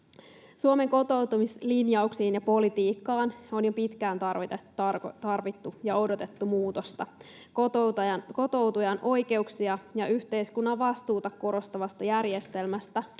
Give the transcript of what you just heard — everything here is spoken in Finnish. Suomen kotoutumislinjauksiin ja ‑politiikkaan on jo pitkään tarvittu ja odotettu muutosta. Kotoutujan oikeuksia ja yhteiskunnan vastuuta korostavasta järjestelmästä